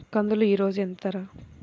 కందులు ఈరోజు ఎంత ధర?